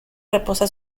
reposa